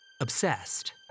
Obsessed